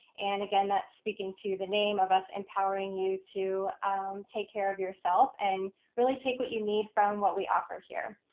and again, that's speaking to the name of us empowering you to take care of yourself and really take what you need from what we offer here.